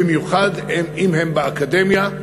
במיוחד אם הם באקדמיה,